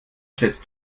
schätzt